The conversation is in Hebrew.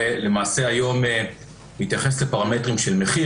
ולמעשה היום מתייחסת לפרמטרים של מחיר,